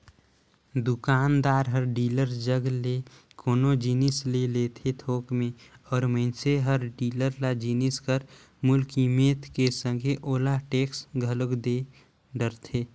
दुकानदार हर डीलर जग ले कोनो जिनिस ले लेथे थोक में अउ मइनसे हर डीलर ल जिनिस कर मूल कीमेत के संघे ओला टेक्स घलोक दे डरथे